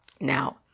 Now